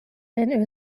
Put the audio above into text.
den